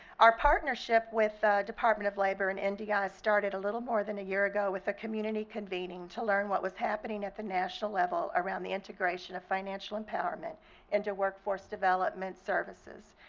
our partnership with department of labor and and ndi ah started a little more than a year ago with a community convening convening to learn what was happening at the national level around the integration of financial empowerment into workforce development services.